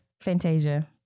Fantasia